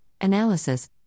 analysis